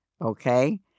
Okay